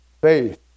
faith